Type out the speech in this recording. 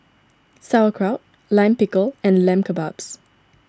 Sauerkraut Lime Pickle and Lamb Kebabs